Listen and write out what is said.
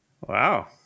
wow